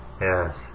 Yes